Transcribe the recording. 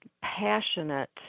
passionate